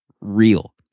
real